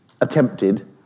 attempted